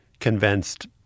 convinced